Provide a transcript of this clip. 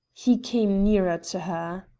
he came nearer to her.